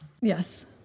Yes